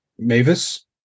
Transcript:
Mavis